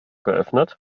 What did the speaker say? geöffnet